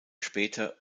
später